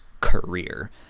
career